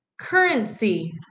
currency